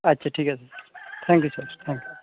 আচ্ছাঠিক আছে thank you sir thank you